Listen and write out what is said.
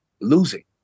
losing